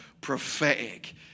prophetic